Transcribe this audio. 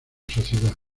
sociedad